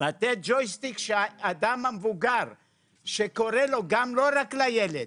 ג'ויסטיק שהאדם המבוגר שקורה לו, גם לא רק לילד.